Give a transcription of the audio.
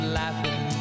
laughing